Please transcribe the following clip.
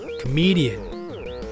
comedian